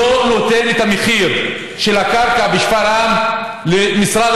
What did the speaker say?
שלא נותן את המחיר של הקרקע בשפרעם למשרד